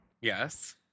Yes